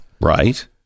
Right